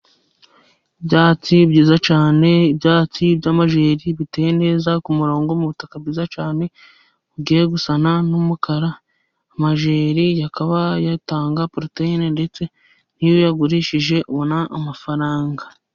Ibyatsi byiza cyane ibyatsi by'amajeri biteye neza k'umurongo, mu butaka bwiza cyane bugiye gusa n'umukara, amajeri akaba atanga poroteyine ndetse, iyo uyagurishije ubona amafaranga.